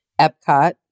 Epcot